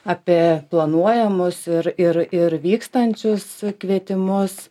apie planuojamus ir ir ir vykstančius kvietimus